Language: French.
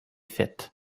faite